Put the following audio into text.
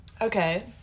okay